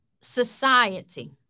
society